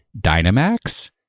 Dynamax